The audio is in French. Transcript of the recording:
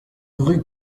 rue